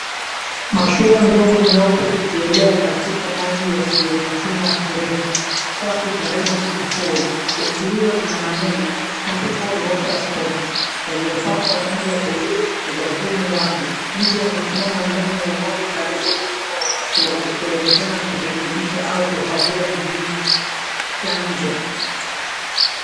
Mashua ndogo nyeupe ikielea katika maji yasiyo na kina kirefu, safi karibu na ufuo. Boti hiyo ina maneno, Tropical Watersports. Yaliyopakwa rangi ya buluu ubavuni mwake. Mtu amesimama ndani ya maji karibu na nyuma ya mashua. Ikiwezekana kurekebisha au kukagua injini ya nje.